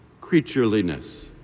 creatureliness